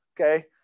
okay